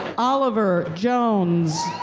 oliver jones.